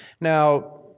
Now